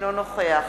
אינו נוכח